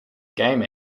game